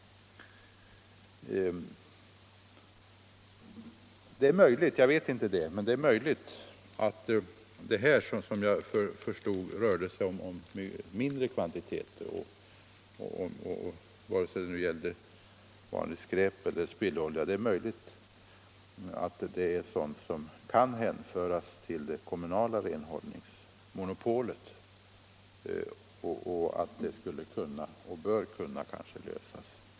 Jag förstod att det rörde sig om mindre kvantiteter — vare Om åtgärder för att sig det nu gällde vanligt skräp eller spillolja — och det är möjligt att = förhindra oljeutdet kan hänföras till det kommunala renhållningsmonopolet och att pro = Släpp i Östersjön, blemet bör kunna lösas den vägen.